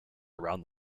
around